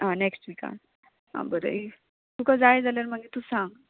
आं नॅक्स्ट विकान आं बरें तुका जाय जाल्यार मागीर तूं सांग